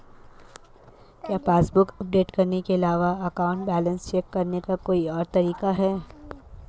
क्या passbook update करने के अलावा अकाउंट बैलेंस चेक करने का कोई और तरीका है?